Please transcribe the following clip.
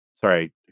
sorry